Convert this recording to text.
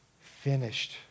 finished